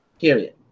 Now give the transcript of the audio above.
period